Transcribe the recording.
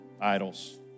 idols